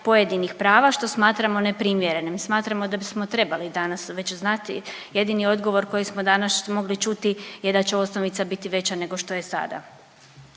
pojedinih prava što smatramo neprimjerenim. Smatram da bismo trebali danas već znati, jedini odgovor koji smo danas mogli čuti je da će osnovica biti veća nego što je sada.